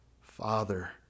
Father